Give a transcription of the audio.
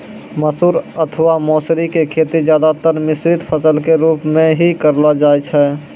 मसूर अथवा मौसरी के खेती ज्यादातर मिश्रित फसल के रूप मॅ हीं करलो जाय छै